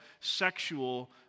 sexual